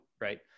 Right